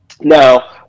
Now